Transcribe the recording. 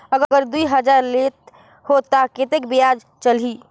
अगर दुई हजार लेत हो ता कतेक ब्याज चलही?